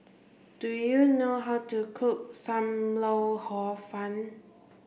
do you know how to cook Sam Lau Hor Fun